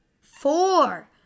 Four